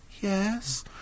yes